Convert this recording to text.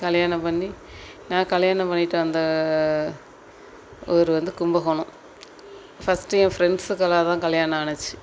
கல்யாணம் பண்ணி நான் கல்யாணம் பண்ணிட்டு வந்த ஊர் வந்து கும்பகோணம் ஃபர்ஸ்ட்டு என் ஃப்ரெண்ட்ஸுக்கெல்லாம் தான் கல்யாணம் ஆச்சி